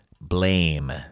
blame